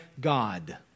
God